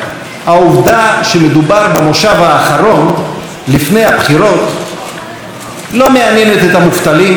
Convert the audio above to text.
העובדה שמדובר במושב האחרון לפני הבחירות לא מעניינת את המובטלים,